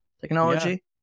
technology